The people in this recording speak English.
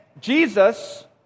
Jesus